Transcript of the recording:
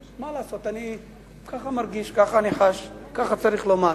מה לעשות, כך אני מרגיש, כך אני חש, כך צריך לומר.